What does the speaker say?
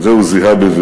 את זה הוא זיהה בבירור,